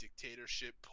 dictatorship